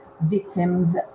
victims